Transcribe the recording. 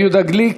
יהודה גליק?